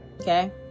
Okay